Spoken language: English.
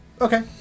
Okay